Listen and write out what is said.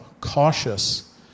cautious